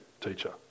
teacher